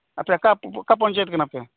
ᱟᱪᱪᱷᱟ ᱚᱠᱟ ᱯᱚᱧᱪᱟᱭᱮᱛ ᱠᱟᱱᱟᱯᱮ